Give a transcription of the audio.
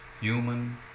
human